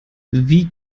wie